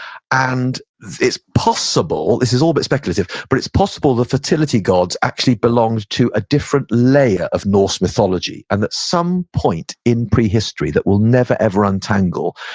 and it's possible, this is all a bit speculative, but it's possible the fertility gods actually belonged to a different layer of norse mythology and at some point in prehistory that we'll never, ever untangle,